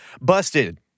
Busted